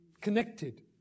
connected